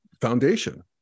foundation